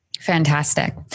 Fantastic